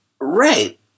Right